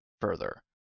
further